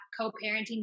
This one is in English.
co-parenting